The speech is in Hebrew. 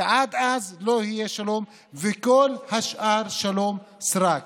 ועד אז לא יהיה שלום, וכל השאר שלום סרק.